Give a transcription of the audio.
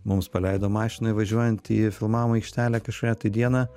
mums paleido mašinoj važiuojant į filmavimo aikštelę kažkurią tai dieną